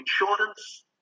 insurance